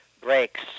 breaks